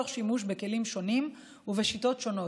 תוך שימוש בכלים שונים ובשיטות שונות,